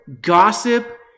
gossip